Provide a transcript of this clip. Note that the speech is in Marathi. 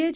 एच